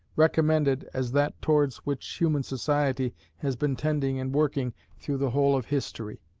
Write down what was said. recommended as that towards which human society has been tending and working through the whole of history.